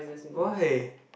why